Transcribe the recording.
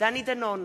דני דנון,